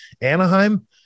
Anaheim